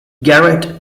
garrett